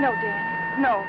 no no